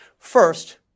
First